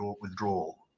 withdrawal